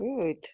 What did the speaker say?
good